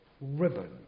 ribbon